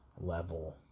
level